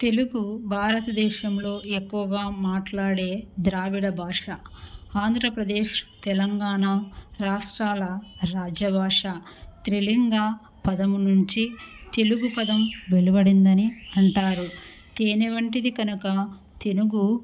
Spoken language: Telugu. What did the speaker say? తెలుగు భారతదేశంలో ఎక్కువగా మాట్లాడే ద్రావిడ భాష ఆంధ్రప్రదేశ్ తెలంగాణ రాష్ట్రాల రాజ్యభాష థ్రిలింగా పదము నుంచి తెలుగు పదం వెలబడిందని అంటారు తేనవంటిది కనుక తెలుగు